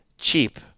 cheap